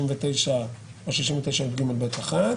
69 או 69יגב(1),